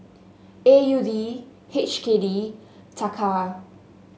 A U D H K D Taka